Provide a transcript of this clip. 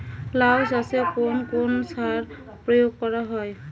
লাউ চাষে কোন কোন সার প্রয়োগ করা হয়?